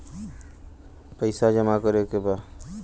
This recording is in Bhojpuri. पैसा जमा करे के बा?